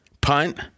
Punt